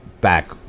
back